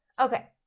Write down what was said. Okay